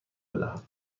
بدهم